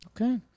Okay